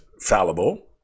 fallible